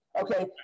Okay